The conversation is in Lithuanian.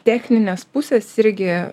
techninės pusės irgi